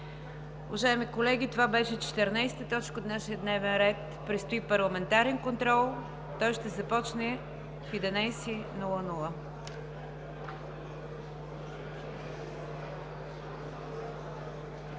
Уважаеми колеги, това беше 14 точка от нашия дневен ред. Предстои парламентарен контрол, той ще започне в 11,00